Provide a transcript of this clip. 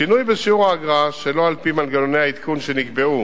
שינוי בשיעור האגרה שלא על-פי מנגנוני העדכון שנקבעו